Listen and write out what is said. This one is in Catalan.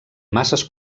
masses